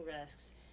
risks